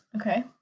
Okay